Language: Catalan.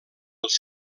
els